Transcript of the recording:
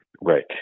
Right